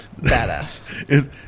Badass